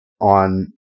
on